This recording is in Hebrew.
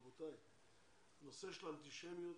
רבותיי, נושא של אנטישמיות,